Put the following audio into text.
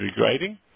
regrading